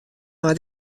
nei